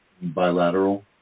Bilateral